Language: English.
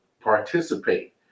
participate